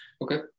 Okay